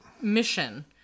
mission